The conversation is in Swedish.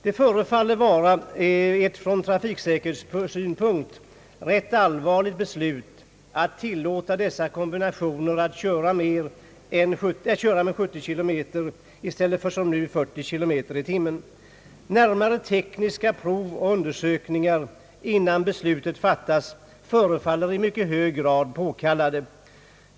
Det förefaller vara ett från trafiksäkerhetssynpunkt ganska allvarligt beslut att tillåta dessa kombinationer att köra med 70 km i timmen i stället för som nu 40. Närmare tekniska prov och undersökningar innan beslut fattas förefaller i hög grad påkallade.